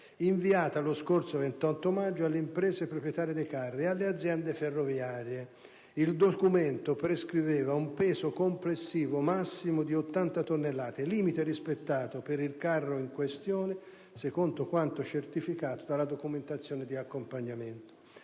inviata lo scorso 28 maggio alle imprese proprietarie dei carri e alle aziende ferroviarie: il documento prescriveva un peso complessivo massimo di 80 tonnellate, limite rispettato per il carro in questione, secondo quanto certificato dalla documentazione di accompagnamento.